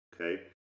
okay